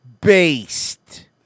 based